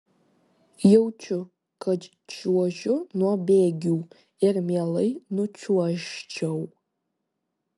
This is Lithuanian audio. jaučiu kad čiuožiu nuo bėgių ir mielai nučiuožčiau